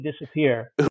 disappear